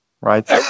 Right